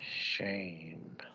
Shame